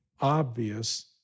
obvious